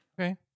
Okay